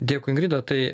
dėkui ingrida tai